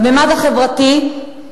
בממד החברתי,